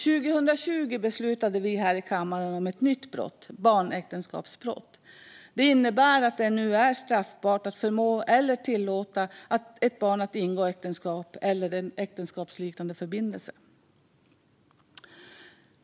År 2020 beslutade vi här i kammaren om ett nytt brott - barnäktenskapsbrott. Det innebär att det nu är straffbart att förmå eller tillåta ett barn att ingå äktenskap eller äktenskapsliknande förbindelse.